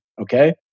Okay